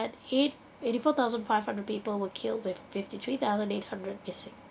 eight eighty four thousand five hundred people were killed with fifty three thousand eight hundred missing